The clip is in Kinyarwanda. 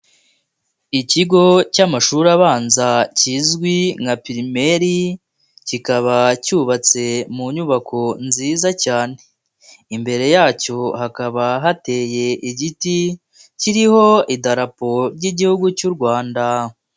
Ikigo cy'amashuri abanza kizwi nka pirimeri kikaba cyubatse mu nyubako nziza cyane, imbere yacyo hakaba hateye igiti kiriho idarapo ry'igihugu cy'u Rwanda.